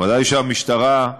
ודאי שהמשטרה אדוני השר,